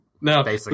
No